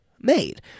made